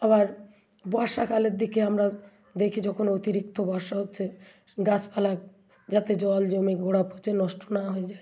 আবার বর্ষাকালের দিকে আমরা দেখি যখন অতিরিক্ত বর্ষা হচ্ছে গাছপালা যাতে জল জমে গোড়া পচে নষ্ট না হয়ে যায়